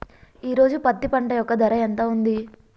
ఈ రోజు పత్తి పంట యొక్క ధర ఎంత ఉంది?